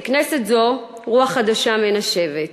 בכנסת זו רוח חדשה מנשבת,